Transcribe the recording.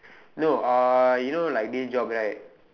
no uh you know like this job right